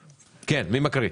כן, מי מקריא?